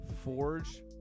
Forge